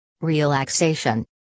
Relaxation